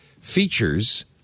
features